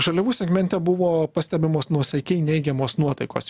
žaliavų segmente buvo pastebimos nuosaikiai neigiamos nuotaikos